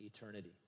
eternity